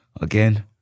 again